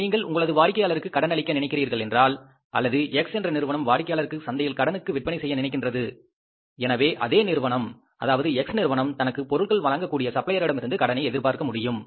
நீங்கள் உங்களது வாடிக்கையாளருக்கு கடன் அளிக்க நினைக்கின்றீர்கள் என்றால் அல்லது X என்ற நிறுவனம் வாடிக்கையாளருக்கு சந்தையில் கடனுக்கு விற்பனை செய்ய நினைக்கின்றது எனவே அதே நிறுவனம் அதாவது X நிறுவனம் தனக்கு பொருட்கள் வழங்கக்கூடிய சபிள்ளையார்களிடமிருந்து கடனை எதிர்பார்க்க முடியும்